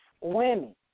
women